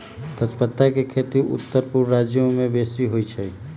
तजपत्ता के खेती उत्तरपूर्व राज्यमें बेशी होइ छइ